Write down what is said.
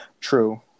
True